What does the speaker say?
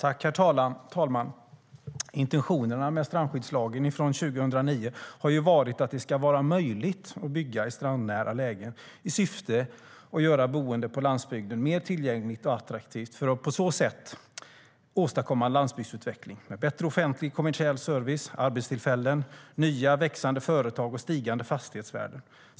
Herr talman! Intentionerna med strandskyddslagen från 2009 var att det ska vara möjligt att bygga i strandnära lägen i syfte att göra boende på landsbygden mer tillgängligt och attraktivt. På så sätt ska man åstadkomma landsbygdsutveckling, med bättre offentlig kommersiell service, arbetstillfällen, nya växande företag och stigande fastighetsvärden.